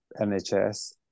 NHS